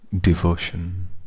devotion